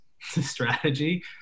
strategy